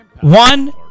one